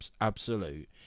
absolute